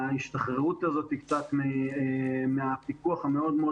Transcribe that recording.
ההשתחררות הזאת קצת מהפיקוח המאוד מאוד